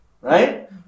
right